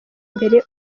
mbere